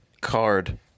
Card